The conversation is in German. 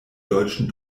deutschen